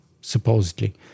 supposedly